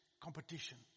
competition